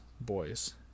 boys